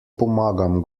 pomagam